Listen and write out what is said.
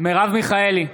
מרב מיכאלי,